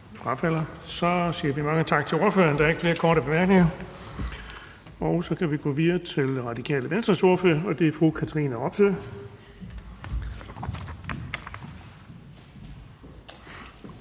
Så siger vi mange tak til ordføreren. Der er ikke flere korte bemærkninger. Så kan vi gå videre til Radikale Venstres ordfører, og det er fru Katrine Robsøe.